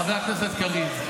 חבר הכנסת קריב,